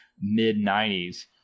mid-90s